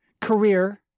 career